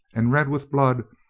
and red with blood,